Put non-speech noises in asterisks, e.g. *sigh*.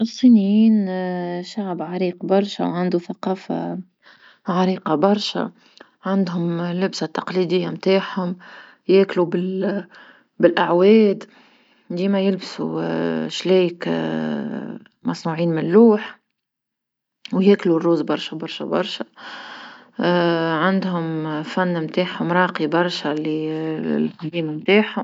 الصينيين *hesitation* شعب عريق برشا وعندو ثقافة عريقة برشا، عندهم لبسة تقليدية متاعهم ياكلو بل- بالأعواد، ديما يلبسو *hesitation* شلايك *hesitation* مصنوعين من لوح وياكلو الروز برشا برشا برشا *hesitation* عندهم فن متاعهم راقي برشا لي *hesitation* *noise* متاعهم.